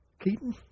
Keaton